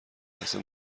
لحظه